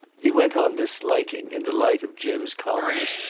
he went on disliking, in the light of jim's commonness,